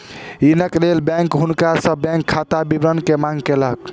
ऋणक लेल बैंक हुनका सॅ बैंक खाता विवरण के मांग केलक